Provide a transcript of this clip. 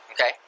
Okay